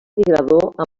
migrador